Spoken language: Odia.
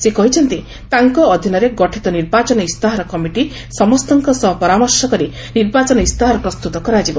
ସେ କହିଛନ୍ତି ତାଙ୍କ ଅଧୀନରେ ଗଠିତ ନିର୍ବାଚନ ଇସ୍ତାହାର କମିଟି ସମସ୍ତଙ୍କ ସହ ପରାମର୍ଶ କରି ନିର୍ବାଚନ ଇସ୍ତାହାର ପ୍ରସ୍ତୁତ କରାଯିବ